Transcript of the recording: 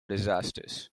disasters